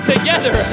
together